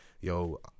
yo